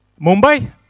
Mumbai